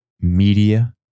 media